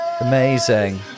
Amazing